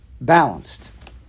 balanced